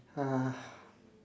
uh